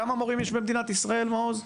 כמה מורים יש במדינת ישראל מעוז?